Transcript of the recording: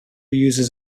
uses